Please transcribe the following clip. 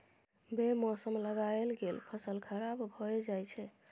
बे मौसम लगाएल गेल फसल खराब भए जाई छै